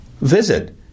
Visit